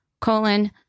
colon